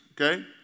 okay